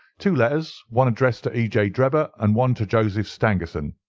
two letters one addressed to e. j. drebber and one to joseph stangerson.